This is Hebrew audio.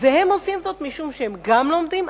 הם עושים זאת משום שהם גם לומדים,